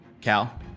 Cal